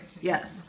Yes